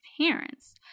parents